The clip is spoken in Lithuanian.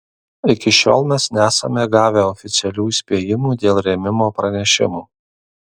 iki šiol mes nesame gavę oficialių įspėjimų dėl rėmimo pranešimų